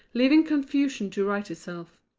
leaving confusion to right itself.